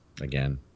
again